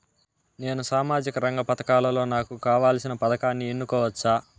నేను సామాజిక రంగ పథకాలలో నాకు కావాల్సిన పథకాన్ని ఎన్నుకోవచ్చా?